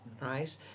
right